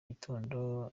gitondo